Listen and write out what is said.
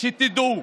שתדעו,